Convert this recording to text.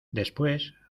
después